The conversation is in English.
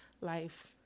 life